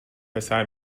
پسر